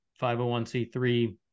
501c3